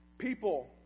People